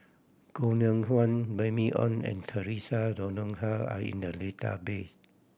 Koh Nguang Remy Ong and Theresa Noronha are in the database